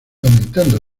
aumentando